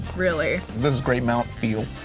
really. this is great mouth feel.